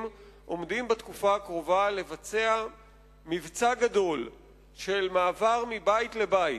עומדים לבצע מבצע גדול של מעבר מבית לבית,